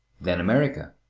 then america.